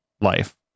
life